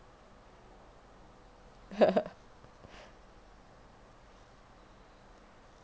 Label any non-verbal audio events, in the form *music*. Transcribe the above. *laughs*